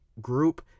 group